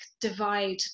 divide